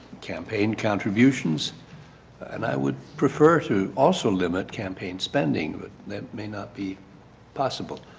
campaign contributions and i would prefer to also limit campaign spending but that may not be possible.